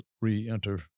re-enter